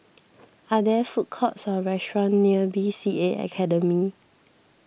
are there food courts or restaurants near B C A Academy